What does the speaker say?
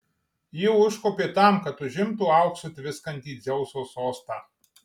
ji užkopė tam kad užimtų auksu tviskantį dzeuso sostą